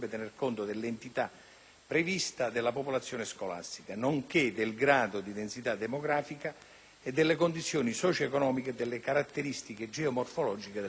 prevista della popolazione scolastica, nonché del grado di densità demografica, delle condizioni socio-economiche e delle caratteristiche geomorfologiche del territorio.